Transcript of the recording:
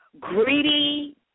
greedy